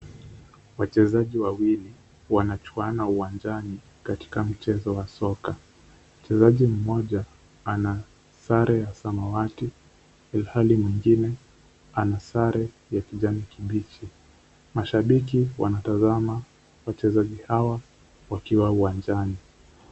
Wachezaji wawili wanachuana uwanjani katika mchezo wa soka. Mchezaji mmoja anasaree ya samawati ilhali mwingine anasare ya kijani kibichi. Mashabiki wanatazama wachezaji hawa wakiwa uwanjani.